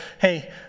hey